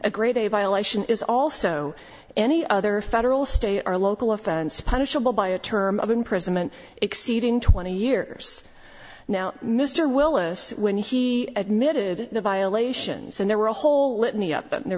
a great a violation is also any other federal state or local offense punishable by a term of imprisonment exceeding twenty years now mr willis when he admitted the violations and there were a whole litany up and there